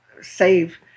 save